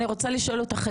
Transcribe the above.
אני רוצה לשאול אותך,